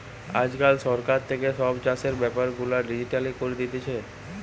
আজকাল সরকার থাকে সব চাষের বেপার গুলা ডিজিটাল করি দিতেছে